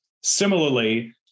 similarly